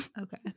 Okay